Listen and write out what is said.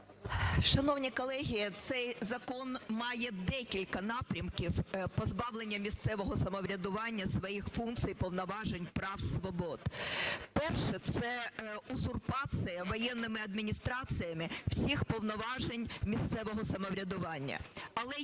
Шановні колеги, цей закон має декілька напрямків позбавлення місцевого самоврядування своїх функцій, повноважень, прав, свобод. Перше. Це узурпація воєнними адміністраціями всіх повноважень місцевого самоврядування.